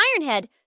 Ironhead